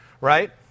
right